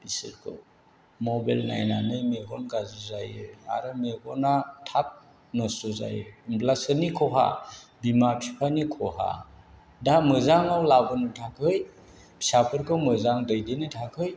बिसोरखौ मबाइल नायनानै मेगन गाज्रि जायो आरो मेगना थाब नस्थ' जायो अब्ला सोरनि खहा बिमा बिफानि खहा दा मोजाङाव लाबोनो थाखै फिसाफोरखौ मोजां दैदेननो थाखै